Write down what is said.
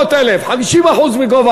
עד 600,000, 50% מערך